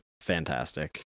fantastic